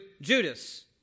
Judas